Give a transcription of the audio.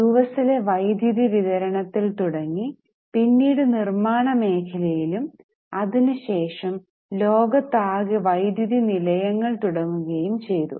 you S ലെ വൈദ്യുതി വിതരണത്തിൽ തുടങ്ങി പിന്നീട് നിർമാണ മേഖലയിലും അതിനു ശേഷം ലോകത്താകെ വൈദ്യുതി നിലയങ്ങൾ തുടങ്ങുകയും ചെയ്തു